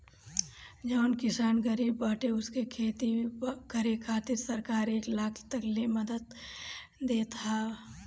जवन किसान गरीब बाटे उनके खेती करे खातिर सरकार एक लाख तकले के मदद देवत ह